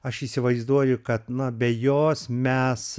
aš įsivaizduoju kad na be jos mes